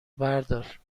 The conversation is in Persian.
بردار